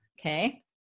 Okay